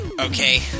okay